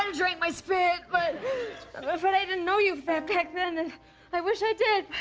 um drank my spit, but i didn't know you back then and i wish i did.